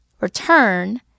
return